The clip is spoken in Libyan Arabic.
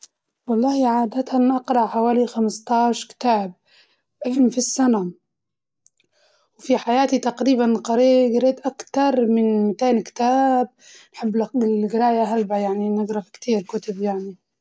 والله عادةً أقرأ حوالي خمسة عشر كتاب، في السنة، وفي حياتي تقريباً قري- قريت أكتر من مئتي كتاب الحمد لله القراية هلبة يعني نقرا كتير كتب يعني.